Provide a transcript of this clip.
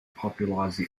popularize